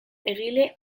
egile